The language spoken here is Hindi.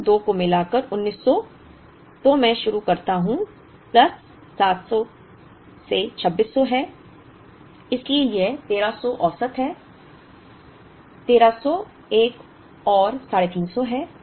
इन 2 को मिलाकर 1900 तो मैं शुरू करता हूं प्लस 700 से 2600 है इसलिए यह 1300 औसत है 1300 एक और 350 है